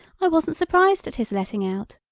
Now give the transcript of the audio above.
i wasn't surprised at his letting out.